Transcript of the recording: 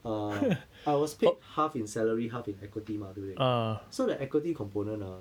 uh I was paid half in salary half in equity mah 对不对 so the equity component ah